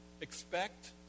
expect